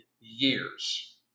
years